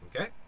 Okay